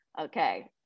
Okay